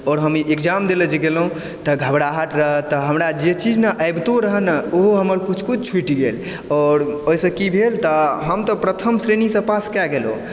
आओर हम ई इग्ज़ैम दय लए जे गेलौं तऽ घबराहट रहय तऽ हमरा जे चीज नहि अबितो रहय ने ओहो हमरा किछु किछु छूटि गेल आओर ओहिसॅं की भेल तऽ हम तऽ प्रथम श्रेणीसॅं पास कए गेलहुॅं